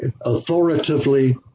authoritatively